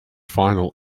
final